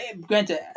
granted